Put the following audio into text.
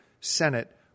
Senate